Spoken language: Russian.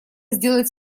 сделать